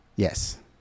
Yes